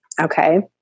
okay